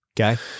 Okay